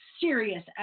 serious